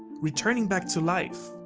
returning back to life,